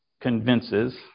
convinces